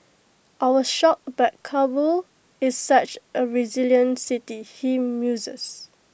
I was shocked but Kabul is such A resilient city he muses